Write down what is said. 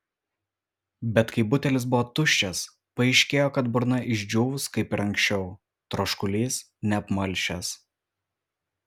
bet kai butelis buvo tuščias paaiškėjo kad burna išdžiūvus kaip ir anksčiau troškulys neapmalšęs